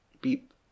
beep